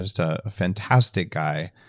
just ah a fantastic guy.